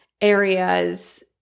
areas